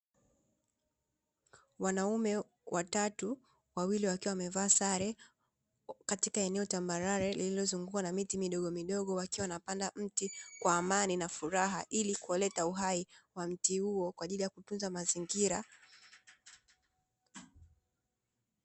Wanaume watatu, wawili wakiwa wamevaa sare katika eneo tambarare, lililozungukwa na miti midogo midogo wakiwa wanapanda mti kwa amani na furaha ili kuleta uhai kwa mti huo kwa ajili ya kutunza mazingira.